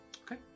Okay